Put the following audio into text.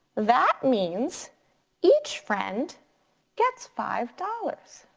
that means each friend gets five dollars.